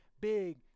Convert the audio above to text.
big